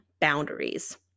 boundaries